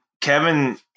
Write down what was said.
Kevin